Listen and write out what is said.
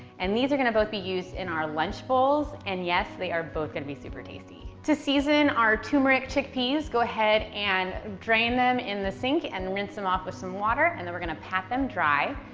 and these are going to both be used in our lunch bowls, and yes, they are both going to be super tasty. to season our turmeric chickpeas, go ahead and drain them in the sink and rinse them off with some water, and then we're going to pat them dry.